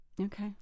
Okay